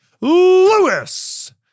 Lewis